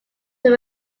them